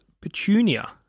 Petunia